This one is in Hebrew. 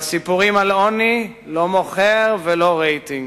אבל סיפורים על עוני, לא מוכר ולא רייטינג.